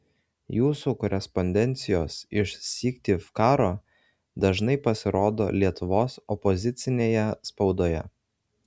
jūsų korespondencijos iš syktyvkaro dažnai pasirodo lietuvos opozicinėje spaudoje